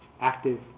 active